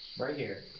right here.